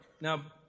Now